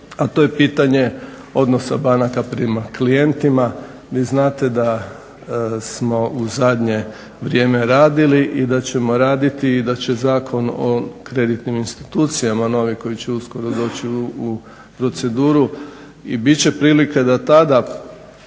a to je pitanje odnosa banaka prema klijentima. Vi znate da smo u zadnje vrijeme radili i da ćemo raditi i da će Zakon o kreditnim institucijama, novi koji će uskoro doći u proceduru i bit će prilike da tada